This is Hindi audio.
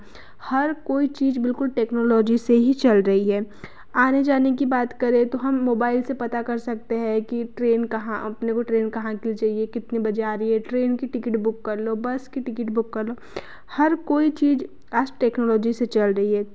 हर कोई चीज़ बिलकुल टेक्नोलॉजी से ही चल रही है आने जाने की बात करें तो हम मोबाइल से पता कर सकते हैं कि ट्रेन कहाँ अपने को ट्रेन कहाँ की चाहिए कितने बजे आ रही है ट्रेन की टिकट बुक कर लो बस की टिकट बुक कर लो हर कोई चीज़ आज टेक्नोलॉजी से चल रही है